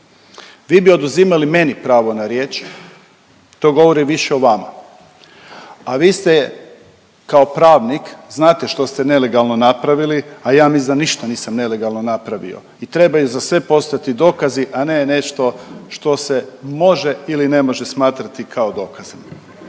vi bi oduzimali meni pravo na riječ, to govori više o vama. A vi ste kao pravnik znate što ste nelegalno napravili, a ja mislim da ništa nisam nelegalno napravio. I treba i za sve postojati dokazi, a ne nešto što se može ili ne može smatrati kao dokaze.